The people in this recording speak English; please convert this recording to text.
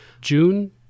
june